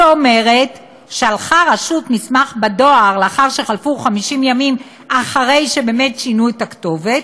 שאומר: שלחה רשות מסמך בדואר לאחר שחלפו 50 ימים אחרי ששינו את הכתובת,